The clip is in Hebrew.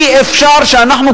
אי-אפשר שאנחנו,